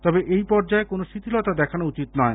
তবে এই পর্যায়ে কোনো শিখিলতা দেখানো উচিত নয়